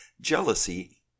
jealousy